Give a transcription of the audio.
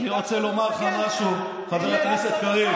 אני רוצה לומר לך משהו, חבר הכנסת קריב.